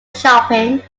shopping